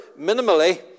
minimally